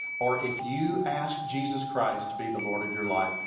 or if you ask jesus christ to be the lord of your life,